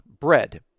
bread